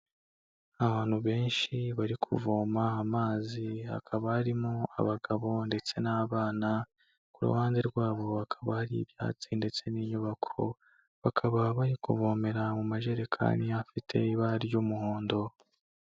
Abantu benshi bari kuvoma amazi hakaba harimo abagabo ndetse n'abana ku ruhande rwabo hakaba hari ibyatsi ndetse n'inyubako, bakaba bari kuvomera mu majerekani afite ibara ry'umuhondo.